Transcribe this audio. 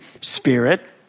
Spirit